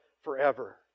forever